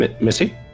Missy